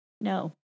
No